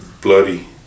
bloody